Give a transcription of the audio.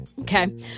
Okay